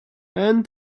and